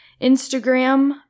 Instagram